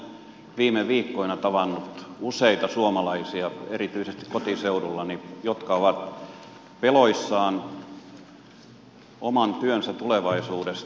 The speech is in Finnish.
olen viime viikkoina tavannut erityisesti kotiseudullani useita suomalaisia jotka ovat peloissaan oman työnsä tulevaisuudesta